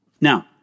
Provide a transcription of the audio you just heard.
Now